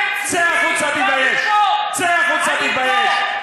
צא החוצה, תתבייש.